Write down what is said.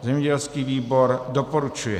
Zemědělský výbor doporučuje.